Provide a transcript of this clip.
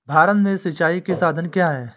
भारत में सिंचाई के साधन क्या है?